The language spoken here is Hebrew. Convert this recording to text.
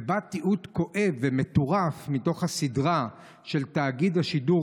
ובה תיעוד כואב ומטורף מתוך הסדרה של תאגיד השידור